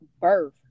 birth